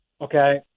Okay